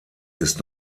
ist